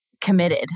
committed